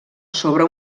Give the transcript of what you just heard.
sobre